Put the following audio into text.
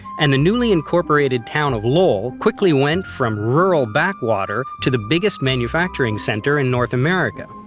and the newly incorporated town of lowell quickly went from rural backwater to the biggest manufacturing center in north america.